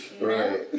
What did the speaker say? Right